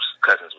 cousins